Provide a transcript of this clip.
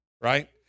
right